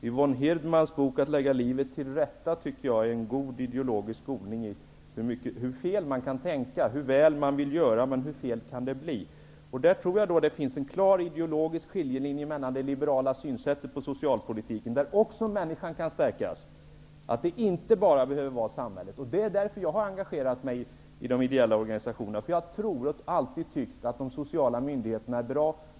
Yvonne Hirdmans bok Att lägga livet till rätta, tycker jag är en god ideologisk skolning i hur fel man kan tänka och hur väl man vill göra, men hur fel det kan bli. Där tror jag att det finns en klar ideologisk skiljelinje till det liberala synsättet på socialpolitiken. Där kan även människan stärkas. Det behöver inte bara vara samhället. Det är därför jag har engagerat mig i de ideella organisationerna. Jag tror, och har alltid tyckt, att de sociala myndigheterna är bra.